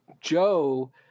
Joe